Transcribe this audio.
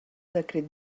decret